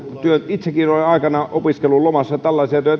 itsekin olen aikanaan opiskelun lomassa tällaisia